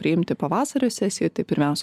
priimti pavasario sesijoj tai pirmiaus